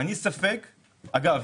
אגב,